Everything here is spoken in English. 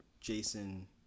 Jason